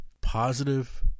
positive